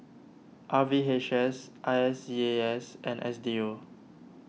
R V H S I S E A S and S D U